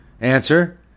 Answer